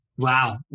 Wow